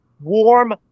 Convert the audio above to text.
warm